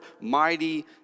mighty